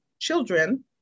children